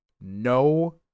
no